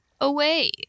away